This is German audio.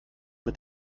mit